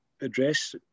address